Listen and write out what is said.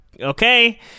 Okay